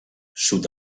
sud